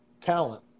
talent